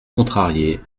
contrarié